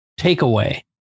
takeaway